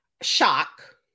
Shock